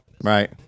Right